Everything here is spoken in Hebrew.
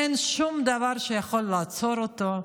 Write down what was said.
אין שום דבר שיכול לעצור אותו.